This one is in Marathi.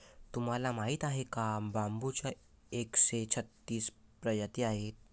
तुम्हाला माहीत आहे का बांबूच्या एकशे छत्तीस प्रजाती आहेत